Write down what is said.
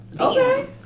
Okay